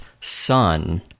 son